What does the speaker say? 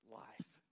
life